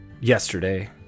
yesterday